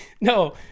no